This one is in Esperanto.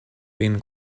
vin